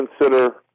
consider